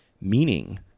Meaning